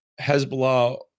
Hezbollah